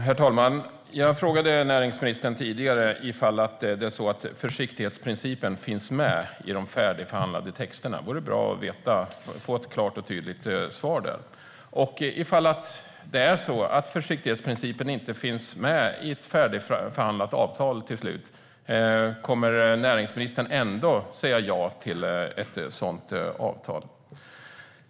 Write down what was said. Herr talman! Jag frågade näringsministern tidigare om det är så att försiktighetsprincipen finns med i de färdigförhandlade texterna. Det vore bra att få ett klart och tydligt svar på det. Om försiktighetsprincipen inte finns med i ett färdigförhandlat avtal till slut, kommer näringsministern ändå att säga ja till ett sådant avtal?